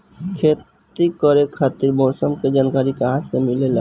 खेती करे खातिर मौसम के जानकारी कहाँसे मिलेला?